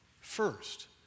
first